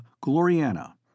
Gloriana